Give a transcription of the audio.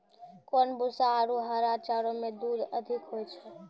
कोन भूसा आरु हरा चारा मे दूध अधिक होय छै?